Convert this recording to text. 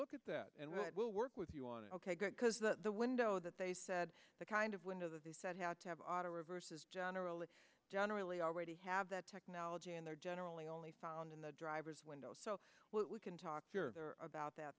look at that and we'll work with you on it ok great because the window that they said the kind of window that they said had to have auto reverses generally generally already have that technology and they're generally only found in the driver's window so we can talk about that